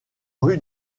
rue